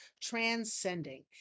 Transcending